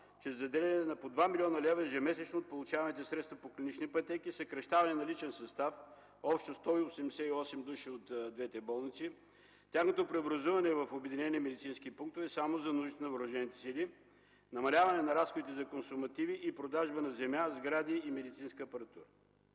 чрез заделяне на по 2 млн. лв. ежемесечно от получаваните средства по клинични пътеки, съкращаване на личен състав – общо 188 души от двете болници, тяхното преобразуване в обединени медицински пунктове само за нуждите на въоръжените сили, намаляване на разходите за консумативи и продажба на земя, сгради и медицинска апаратура.